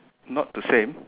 not the same